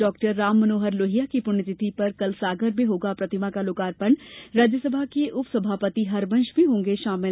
doctor Ram Manohar Lohia की पुण्यतिथि पर कल सागर में होगा प्रतिमा का लोकार्पण राज्यसभा के उप सभापति हरवंश भी होंगे शामिल